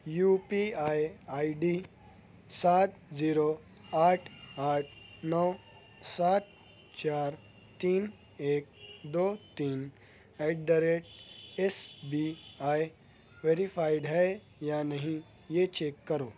you P I I D سات zero آٹھ آٹھ نو سات چار تین ایک دو تین at the rate S B I verified ہے یا نہیں یہ چیک کرو